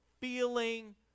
feeling